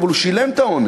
אבל הוא שילם את העונש.